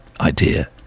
idea